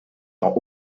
sans